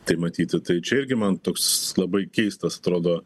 tai matyti tai čia irgi man toks labai keistas atrodo